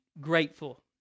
grateful